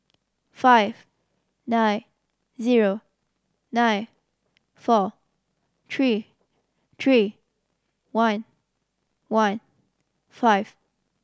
five nine zero nine four three three one one five